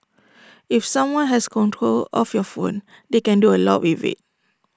if someone has control of your phone they can do A lot with IT